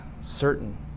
certain